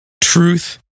truth